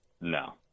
No